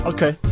Okay